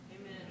Amen